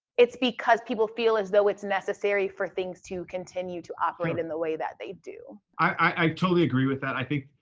it's because people feel as though it's necessary for things to continue to operate in the way that they do. i totally agree with that. i think,